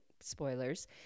spoilers